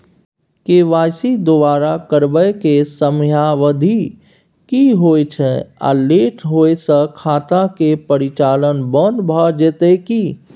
KYC दोबारा करबै के समयावधि की होय छै आ लेट होय स खाता के परिचालन बन्द भ जेतै की?